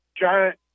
giant